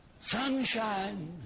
sunshine